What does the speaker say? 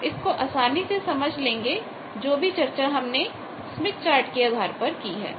आप इसको आसानी से समझ लेंगे जो भी चर्चा हमने स्मिथ चार्ट के आधार पर की है